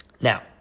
Now